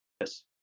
Yes